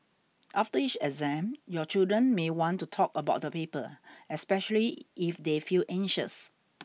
after each exam your children may want to talk about the paper especially if they feel anxious